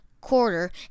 quarter